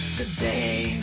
Today